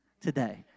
today